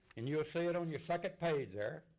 and you'll see it on your second page there,